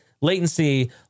latency